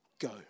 Go